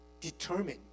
determined